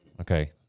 Okay